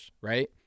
Right